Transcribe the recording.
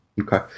Okay